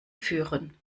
führen